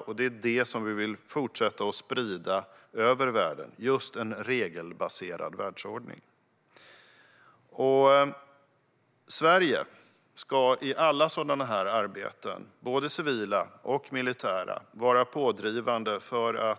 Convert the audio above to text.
Och det är just en regelbaserad världsordning vi vill fortsätta sprida över världen. Sverige ska i alla sådana arbeten, både civila och militära, vara pådrivande för